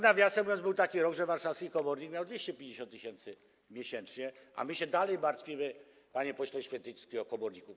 Nawiasem mówiąc, był taki rok, że warszawski komornik miał 250 tys. miesięcznie, a my się dalej martwimy, panie pośle Święcicki, o komorników.